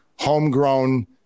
Homegrown